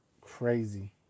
crazy